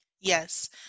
Yes